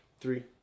three